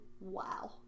wow